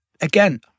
again